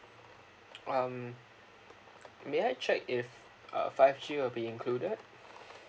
um may I check if uh five G will be included